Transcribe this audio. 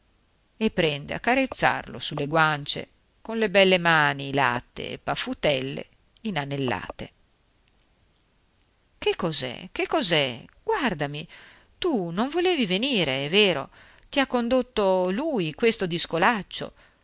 e prende a carezzarlo su le guance con le belle mani lattee e paffutelle inanellate che cos'è che cos'è guardami tu non volevi venire è vero ti ha condotto lui questo discolaccio